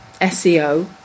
SEO